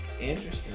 Interesting